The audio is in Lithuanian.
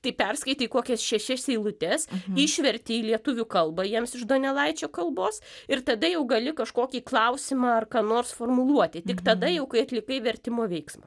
tai perskaitei kokias šešias eilutes išverti į lietuvių kalbą jiems iš donelaičio kalbos ir tada jau gali kažkokį klausimą ar ką nors formuluoti tik tada jau kai atlikai vertimo veiksmą